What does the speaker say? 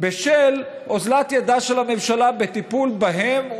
בשל אוזלת ידה של הממשלה בטיפול בהם ובשכניהם,